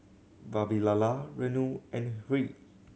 Vavilala Renu and Hri